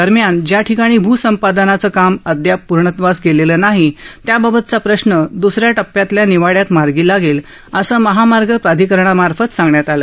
दरम्यान ज्या ठिकाणी भू संपादनाचं काम अद्याप पूर्णत्वास गेलेलं नाही त्याबाबतचा प्रश्न द्रसऱ्या टप्प्यातल्या निवाड्यात मार्गी लागेल असं महामार्ग प्राधिकरणा मार्फत सांगण्यात आलं